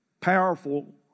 powerful